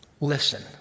Listen